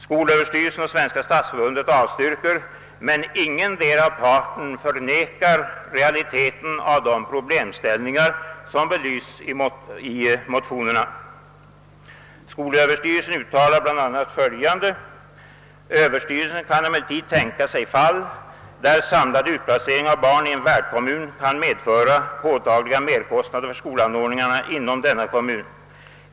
Skolöverstyrelsen och Svenska stadsförbundet avstyrker detsamma, men ingendera parten förnekar realiteten av de problem som belysts i motionsparet. Skolöverstyrelsen uttalar bl.a. följande: »Överstyrelsen kan emellertid tänka sig fall där samlad utplacering av barn i en värdkommun kan medföra påtagliga merkostnader för skolanordningarna inom denna kommun.